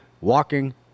walking